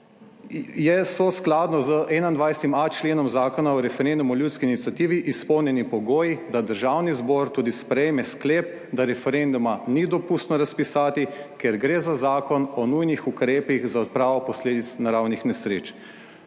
so skladno z 21.a členom Zakona o referendumu in ljudski iniciativi izpolnjeni pogoji, da Državni zbor tudi sprejme sklep, da referenduma ni dopustno razpisati, ker gre za zakon o nujnih ukrepih za odpravo posledic naravnih nesreč.